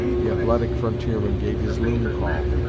the athletic frontierman gave his loon-call,